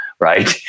right